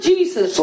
Jesus